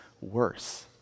worse